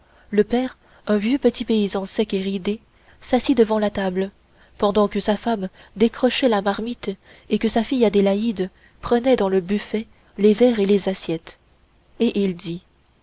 le père un vieux petit paysan sec et ridé s'assit devant la table pendant que sa femme décrochait la marmite et que sa fille adélaïde prenait dans le buffet les verres et les assiettes et il dit